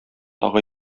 тагы